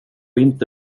inte